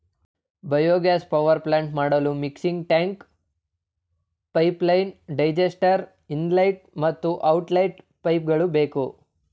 biogas power plant ಮಾಡಲು mixing tank, pipeline, digester, inlet ಮತ್ತು outlet ಪೈಪ್ಗಳು ಬೇಕು